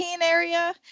area